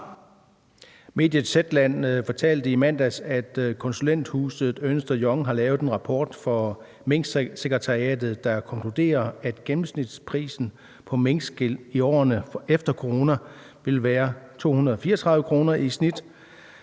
Mediet Zetland fortalte i mandags, at konsulenthuset Ernst & Young har lavet en rapport for Minksekretariatet, der konkluderede, at gennemsnitsprisen på minkskind i årene efter corona ville være 234 kr. i snit,